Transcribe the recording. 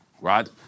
right